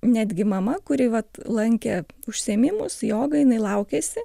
netgi mama kuri vat lankė užsiėmimus jogą jinai laukėsi